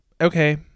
Okay